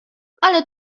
ale